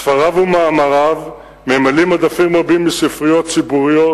ספריו ומאמריו ממלאים מדפים רבים בספריות ציבוריות,